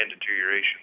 deterioration